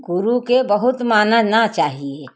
गुरु के बहुत मानना चाहिए